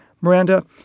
Miranda